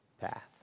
path